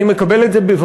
אני מקבל את זה בברכה,